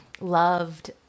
loved